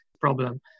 problem